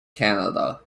canada